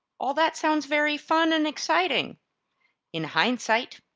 all that sounds very fun and exciting in hindsight,